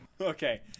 Okay